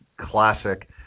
classic